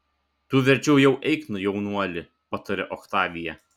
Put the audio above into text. tu verčiau jau eik jaunuoli patarė oktavija